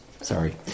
Sorry